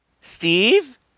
Steve